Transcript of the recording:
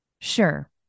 Sure